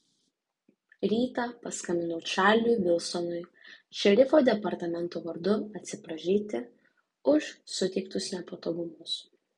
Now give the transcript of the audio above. rytą paskambinau čarliui vilsonui šerifo departamento vardu atsiprašyti už suteiktus nepatogumus